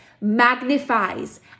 magnifies